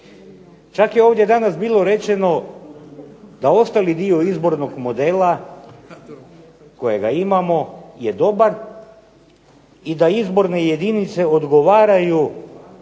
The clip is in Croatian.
Čak je ovdje danas bilo rečeno, da ostali dio izbornog modela kojeg imamo je dobar i da izborne jedinice odgovaraju